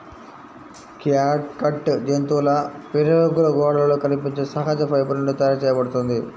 catgut జంతువుల ప్రేగుల గోడలలో కనిపించే సహజ ఫైబర్ నుండి తయారు చేయబడుతుంది